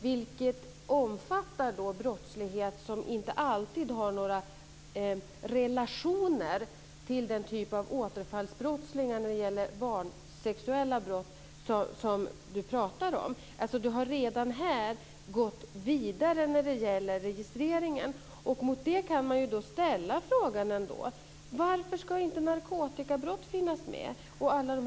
Det omfattar brottslighet som inte alltid har någon relation till den typ av återfallsbrottslighet i fråga om sexuella brott mot barn som vi pratar om. Man har alltså redan här gått vidare när det gäller registreringen. Då kan man ändå ställa frågan: Varför ska inte narkotikabrott och många andra brott finnas med?